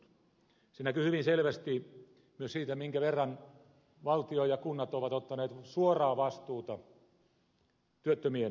se näkyy hyvin selvästi myös siitä minkä verran valtio ja kunnat ovat ottaneet suoraa vastuuta työttömien työllistämisestä